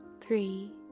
three